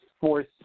force